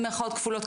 במירכאות כפולות,